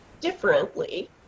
differently